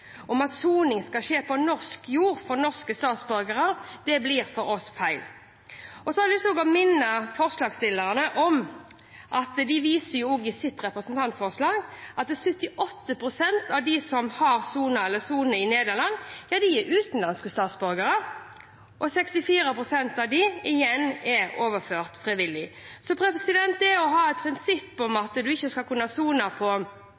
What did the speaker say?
om at soning for norske statsborgere skal skje på norsk jord, blir for oss feil. Jeg har også lyst til å minne forslagsstillerne om at de i sitt representantforslag også viser til at 78 pst. av dem som har sonet eller soner i Nederland, er utenlandske statsborgere, og at 64 pst. av dem igjen er overført frivillig. Så å ha et prinsipp om at norske statsborgere skal sone på